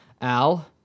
Al